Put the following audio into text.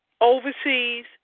overseas